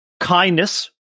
Kindness